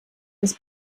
des